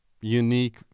unique